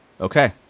Okay